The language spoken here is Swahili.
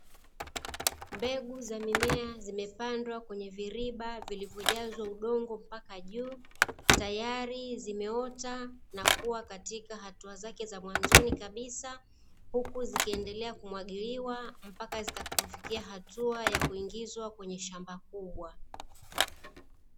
Mbegu za mimea zimepandwa kwenye viriba vilivyojazwa udongo mpaka juu, tayari zimeota nakuwa katika hatua zake za mwanzoni kabisa. Huku zikiendelea kumwagiliwa mpaka zitakapofikia hatua ya kuingizwa kwenye shamba kubwa.